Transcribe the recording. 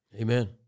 Amen